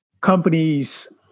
companies